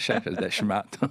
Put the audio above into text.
šešiasdešimt metų